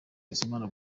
bizimana